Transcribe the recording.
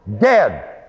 Dead